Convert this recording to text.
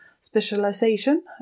specialization